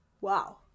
Wow